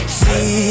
see